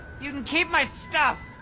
you can keep my stuff.